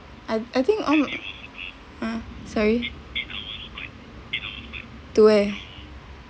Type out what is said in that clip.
I I think uh sorry to where